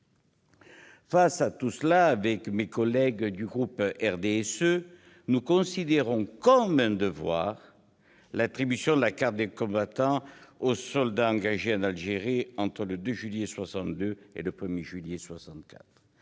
Face à tout cela, le groupe du RDSE considère comme un devoir l'attribution de la carte du combattant aux soldats engagés en Algérie entre le 2 juillet 1962 et le 1 juillet 1964.